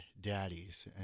daddies